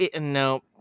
no